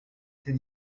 c’est